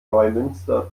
neumünster